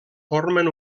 formen